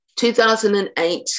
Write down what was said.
2008